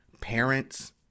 parents